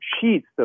sheets